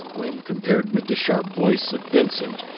when compared with the sharp voice of vincent,